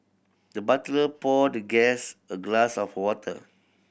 the butler poured the guest a glass of water